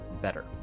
better